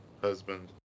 husband